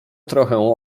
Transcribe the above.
trochę